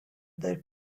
that